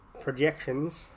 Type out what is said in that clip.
projections